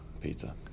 Pizza